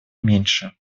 меньше